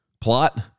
plot